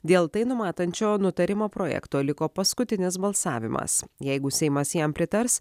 dėl tai numatančio nutarimo projekto liko paskutinis balsavimas jeigu seimas jam pritars